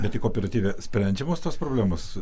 bet tai kooperatyve sprendžiamos tos problemos